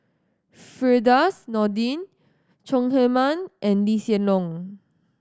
Firdaus Nordin Chong Heman and Lee Hsien Loong